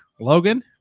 logan